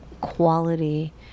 quality